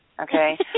Okay